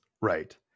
right